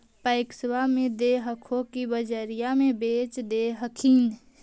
पैक्सबा मे दे हको की बजरिये मे बेच दे हखिन?